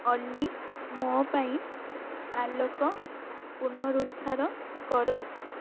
ଅଲି ମୋ ପାଇଁ ଆଲୋକ ପୁନରୁଦ୍ଧାର କର